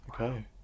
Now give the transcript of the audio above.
Okay